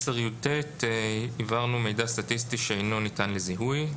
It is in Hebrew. סעיף 10יט. הבהרנו "מידע סטטיסטי שאינו ניתן לזיהוי",